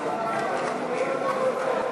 לתיקון פקודת מס הכנסה (מס' 207),